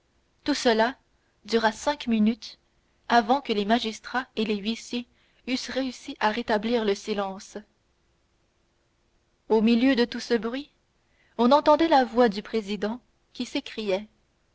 tout cela dura cinq minutes avant que les magistrats et les huissiers eussent réussi à rétablir le silence au milieu de tout ce bruit on entendait la voix du président qui s'écriait